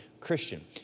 Christian